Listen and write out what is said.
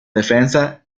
defensa